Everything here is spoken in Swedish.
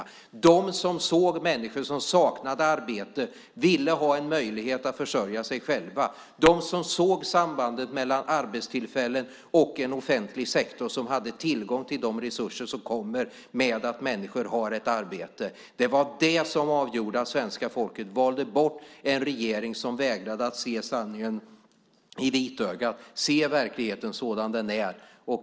Vi var de som såg människor som saknade arbete och ville ha möjlighet att försörja sig själva, de som såg sambandet mellan arbetstillfällen och en offentlig sektor som hade tillgång till de resurser som kommer av att människor har ett arbete. Det var det som gjorde att svenska folket valde bort en regering som vägrade att se sanningen i vitögat och verkligheten som den är.